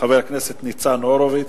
חבר הכנסת ניצן הורוביץ,